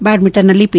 ಬ್ಯಾಡ್ಮಿಂಟನ್ನಲ್ಲಿ P